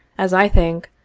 as i think,